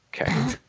Okay